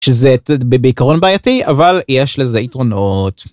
שזה... את... בעיקרון בעייתי אבל יש לזה יתרונות.